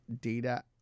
data